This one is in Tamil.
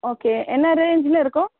ஓகே என்ன ரேஞ்சில இருக்கும்